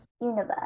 universe